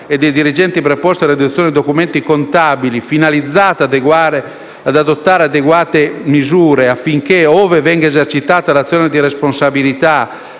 e dei dirigenti preposti alla redazione dei documenti contabili delle banche, finalizzata ad adottare adeguate misure affinché, ove venga esercitata l'azione di responsabilità,